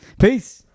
Peace